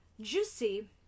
juicy